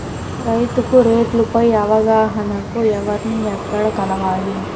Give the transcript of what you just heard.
రైతుకు రేట్లు పై అవగాహనకు ఎవర్ని ఎక్కడ కలవాలి?